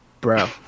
Bro